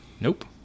Nope